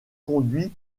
conduit